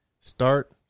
Start